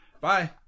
Bye